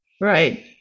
Right